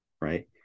right